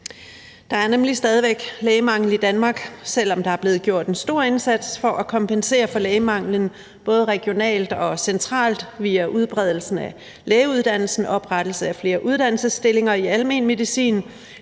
Der er nemlig stadig væk lægemangel i Danmark, selv om der er blevet gjort en stor indsats for at kompensere for lægemanglen, både regionalt og centralt via udbredelsen af lægeuddannelsen, oprettelse af flere uddannelsesstillinger i almen medicin,